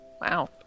Wow